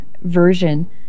version